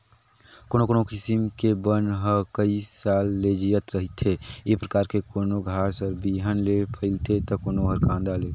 कोनो कोनो किसम के बन ह कइ साल ले जियत रहिथे, ए परकार के कोनो घास हर बिहन ले फइलथे त कोनो हर कांदा ले